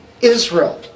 Israel